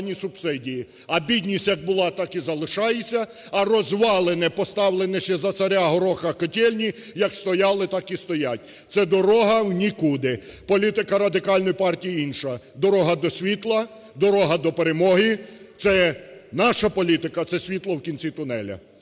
А бідність як була, так і залишається, а розвалене, поставлені ще за царя Гороха, котельні як стояли, так і стоять – це дорога в нікуди. Політика Радикальної партії інша: дорога до світла, дорога до перемоги – це наша політика, це світло в кінці тунелю.